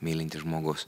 mylintis žmogus